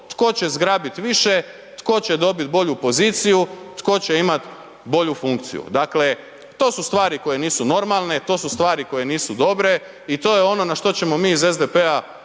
tko će zgrabiti više, tko će dobiti bolju poziciju tko će imati bolju funkciju. Dakle to su stvari koje nisu normalne, to su stvari koje nisu dobre i to je ono na što ćemo mi iz SDP-a